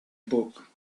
book